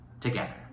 together